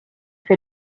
fait